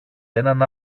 έναν